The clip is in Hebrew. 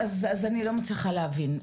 אז אני לא מצליחה להבין,